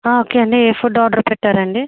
okay అండి ఏ food order పెట్టారండి